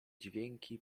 dźwięki